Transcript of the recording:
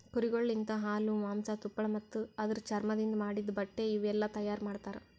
ಕುರಿಗೊಳ್ ಲಿಂತ ಹಾಲು, ಮಾಂಸ, ತುಪ್ಪಳ ಮತ್ತ ಅದುರ್ ಚರ್ಮದಿಂದ್ ಮಾಡಿದ್ದ ಬಟ್ಟೆ ಇವುಯೆಲ್ಲ ತೈಯಾರ್ ಮಾಡ್ತರ